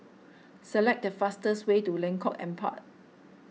select the fastest way to Lengkok Empat